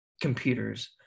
computers